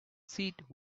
seat